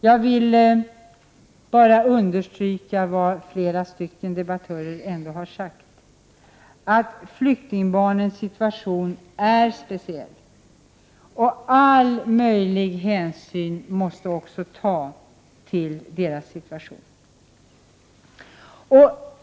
Jag vill understryka vad flera debattörer har sagt — att flyktingbarnens situation är speciell och att all möjlig hänsyn måste tas till deras situation.